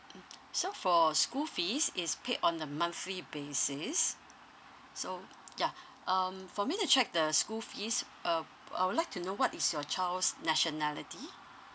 mm so for school fees is paid on a monthly basis so yeah um for me to check the school fees uh I would like to know what is your child's nationality